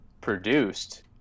produced